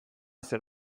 zer